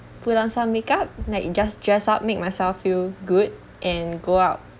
put on some makeup next just dress up make myself feel good and go out